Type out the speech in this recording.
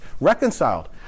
Reconciled